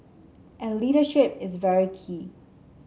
and leadership is very key